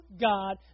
God